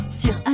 sur